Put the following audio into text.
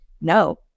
no